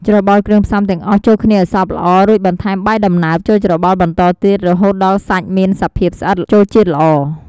ច្របល់គ្រឿងផ្សំទាំងអស់ចូលគ្នាឱ្យសព្វល្អ រួចបន្ថែម បាយដំណើប ចូលច្របល់បន្តទៀត ហូតដល់សាច់មានសភាពស្អិតចូលជាតិល្អ។